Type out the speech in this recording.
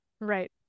Right